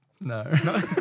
No